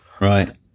Right